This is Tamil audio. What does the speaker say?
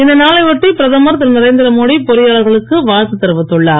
இந்நாளை ஒட்டி பிரதமர் திருநரேந்திர மோடி பொறியாளர்களுக்கு வாழ்த்து தெரிவித்துள்ளார்